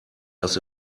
das